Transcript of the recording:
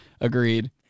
agreed